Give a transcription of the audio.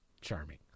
Charming